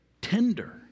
tender